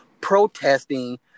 protesting